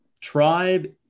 tribe